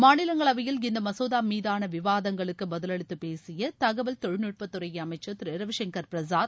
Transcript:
மாநிலங்களவையில் இந்த மசோதா மீதான விவாதங்களுக்கு பதிலளித்து பேசிய தகவல் தொழில்நுட்பத்துறை அமைச்சர் திரு ரவிசங்கர் பிரசாத்